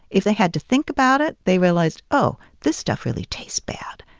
if they had to think about it, they realized, oh, this stuff really tastes bad.